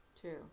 True